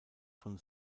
von